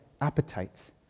appetites